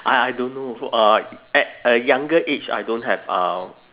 I I don't know uh at a younger age I don't have uh